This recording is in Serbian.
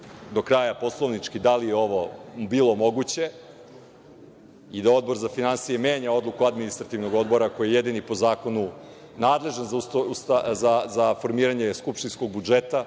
do kraja poslovnički da li je ovo bilo moguće, i da Odbor za finansije menja odluku Administrativnog odbora, koji je jedini po zakonu nadležan za formiranje skupštinskog budžeta.